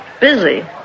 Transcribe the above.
Busy